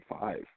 five